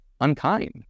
Unkind